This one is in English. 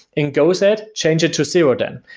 and go said, change it to zero then.